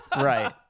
Right